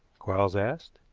quarles asked.